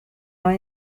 hay